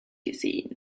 gesehen